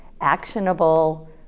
actionable